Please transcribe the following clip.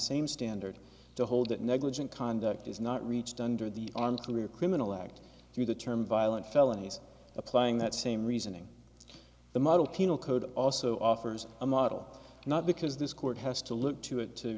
same standard to hold that negligent conduct is not reached under the arm career criminal act through the term violent felonies applying that same reasoning the model penal code also offers a model not because this court has to look to it to